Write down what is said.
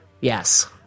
Yes